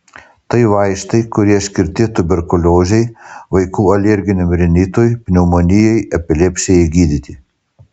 tai vaistai kurie skirti tuberkuliozei vaikų alerginiam rinitui pneumonijai epilepsijai gydyti